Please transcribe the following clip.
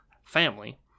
family